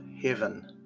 Heaven